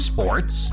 Sports